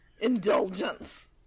indulgence